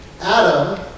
Adam